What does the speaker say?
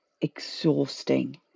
exhausting